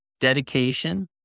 dedication